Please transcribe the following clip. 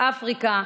מאפריקה,